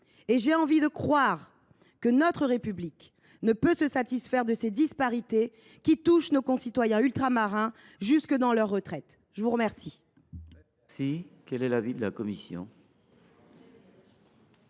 car j’ai envie de croire que notre République ne peut se satisfaire de ces disparités qui affectent nos concitoyens ultramarins jusque dans leurs retraites. Quel